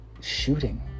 shooting